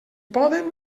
poden